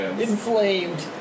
Inflamed